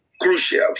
crucial